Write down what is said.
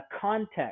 context